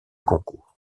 concours